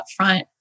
upfront